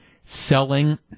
selling